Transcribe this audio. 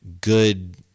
good